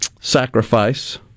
sacrifice